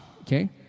okay